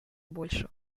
большего